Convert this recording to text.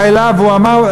בא אליו והוא אמר לו,